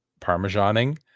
parmesaning